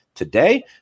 Today